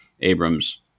Abrams